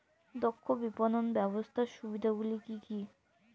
দক্ষ বিপণন ব্যবস্থার সুবিধাগুলি কি কি?